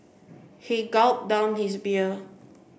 he gulped down his beer